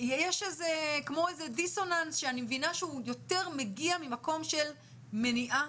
יש כמו איזה דיסוננס שאני מבינה שהוא יותר מגיע ממקום של מניעה